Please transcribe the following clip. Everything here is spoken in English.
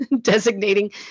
designating